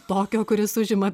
tokio kuris užima